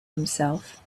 himself